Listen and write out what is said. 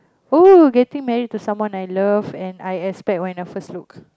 oh getting married to someone I love and I expect when I first look